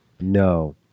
no